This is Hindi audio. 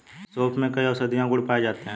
सोंफ में कई औषधीय गुण पाए जाते हैं